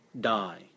die